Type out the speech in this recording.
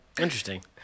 Interesting